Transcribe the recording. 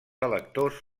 electors